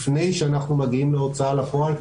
לפני שאנחנו מגיעים להוצאה לפועל,